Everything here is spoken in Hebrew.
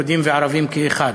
יהודים וערבים כאחד.